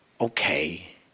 okay